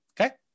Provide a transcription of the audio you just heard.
Okay